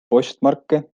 postmarke